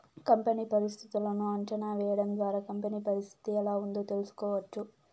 company పరిస్థితులను అంచనా వేయడం ద్వారా కంపెనీ పరిస్థితి ఎలా ఉందో తెలుసుకోవచ్చు